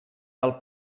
del